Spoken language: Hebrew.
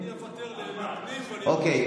אני אוותר לפנים, ואני אבקש דיון נוסף בחינוך.